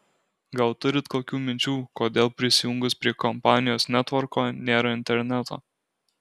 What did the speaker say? gal turit kokių minčių kodėl prisijungus prie kompanijos netvorko nėra interneto